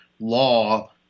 law